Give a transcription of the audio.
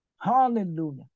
Hallelujah